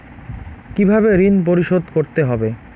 কিভাবে ঋণ পরিশোধ করতে হবে?